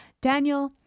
daniel